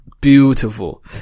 beautiful